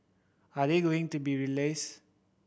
are they going to be rallies